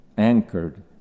Anchored